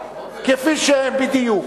כפי שהם בדיוק.